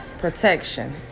Protection